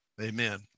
amen